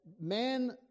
man